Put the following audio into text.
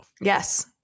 Yes